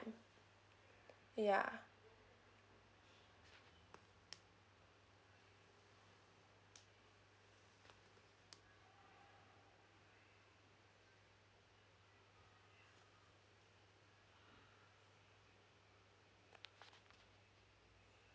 ya